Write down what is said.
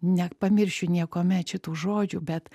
nepamiršiu niekuomet šitų žodžių bet